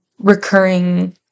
recurring